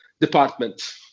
department